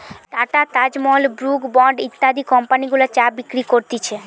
tata, Taj Mahal, Brooke Bond ইত্যাদি company গুলা চা বিক্রি করতিছে